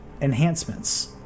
enhancements